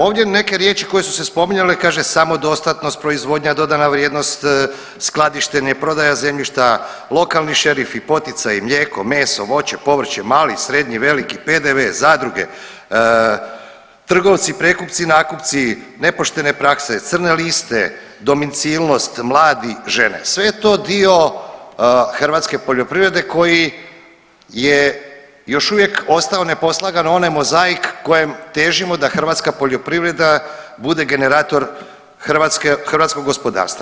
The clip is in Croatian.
Ovdje neke riječi koje su se spominjale, kaže samodostatnost, proizvodnja, dodana vrijednost, skladištenje, prodaja zemljišta, lokalni šerifi, poticaji, mlijeko, meso, voće, povrće, mali, srednji, veliki, PDV, zadruge, trgovci, prekupci, nakupci, nepoštene prakse, crne liste, domicilnost, mladi, žene sve je to dio hrvatske poljoprivrede koji je još uvijek ostao neposlagan na onaj mozaik kojem težimo da hrvatska poljoprivreda bude generator hrvatskog gospodarstva.